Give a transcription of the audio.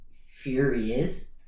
furious